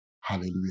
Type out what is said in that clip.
Hallelujah